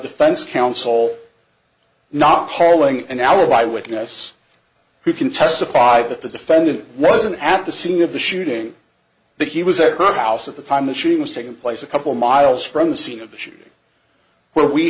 defense counsel not hauling an alibi witness who can testify that the defendant doesn't at the scene of the shooting that he was at her house at the time machine was taken place a couple miles from the scene of the